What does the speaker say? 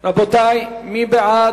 מי בעד?